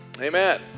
Amen